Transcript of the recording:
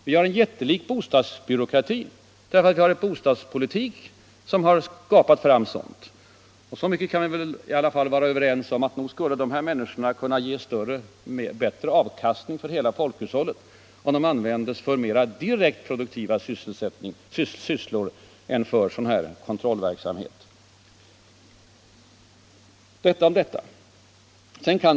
Vi har en jättelik bostadsbyråkrati därför att vi för en bostadspolitik som skapat behov av sådant. Så mycket kan vi i alla fall vara överens om att nog skulle de här människorna kunna ge bättre avkastning för hela folkhushållet om de användes för mer direkt produktiva sysslor än för kontrollverksamhet. Herr talman!